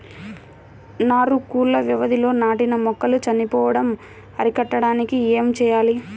నారు కుళ్ళు వ్యాధితో నాటిన మొక్కలు చనిపోవడం అరికట్టడానికి ఏమి చేయాలి?